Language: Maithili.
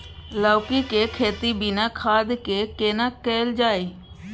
लौकी के खेती बिना खाद के केना कैल जाय?